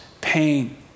pain